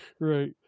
right